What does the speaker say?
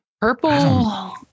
Purple